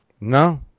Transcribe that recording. no